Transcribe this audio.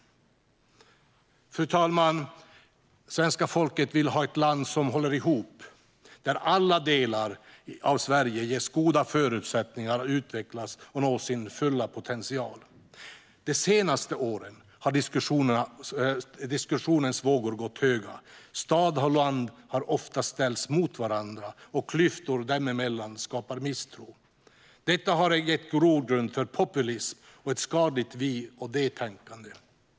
Fru talman! Svenska folket vill ha ett land som håller ihop och där alla delar av Sverige ges goda förutsättningar att utvecklas och nå sin fulla potential. De senaste åren har diskussionens vågor gått höga. Stad och land har ofta ställts mot varandra, och klyftor dem emellan skapar misstroende. Detta har gett grogrund för populism och ett skadligt vi-och-de-tänkande.